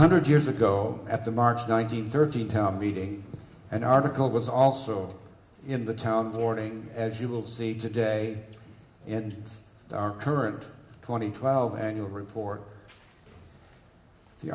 hundred years ago at the march nineteenth thirteen town meeting and article was also in the town warning as you will see today and our current twenty twelve when you report the